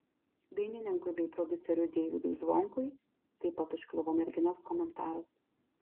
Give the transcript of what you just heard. dainininkui bei prodiuseriui deivydui zvonkui taip pat užkliuvo merginos komentaras